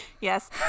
Yes